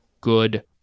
good